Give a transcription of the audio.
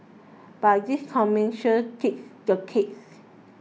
but this commercial takes the cakes